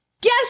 Guess